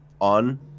on